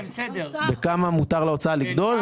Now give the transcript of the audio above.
אני מדבר בכמה מותר להוצאה לגדול.